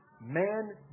Man